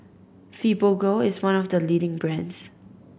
Fibogel is one of the leading brands